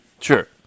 Sure